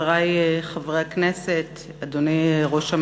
חברי חברי הכנסת, אדוני ראש הממשלה,